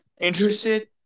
interested